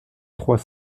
trois